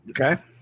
Okay